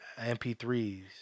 MP3s